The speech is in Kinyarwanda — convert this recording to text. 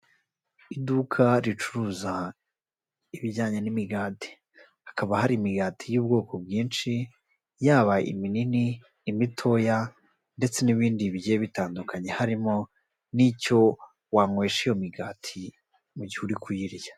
Iduka ricuruza ibijyanye n'imigati, hakaba hari imigati y'ubwoko bwinshi yaba iminini, imitoya ndetse n'ibindi bigiye bitandukanye, harimo n'icyo wanywesha iyo migati mu gihe uri kuyirya.